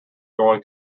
going